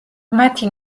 მათი